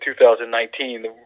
2019